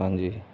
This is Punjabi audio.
ਹਾਂਜੀ